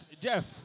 Jeff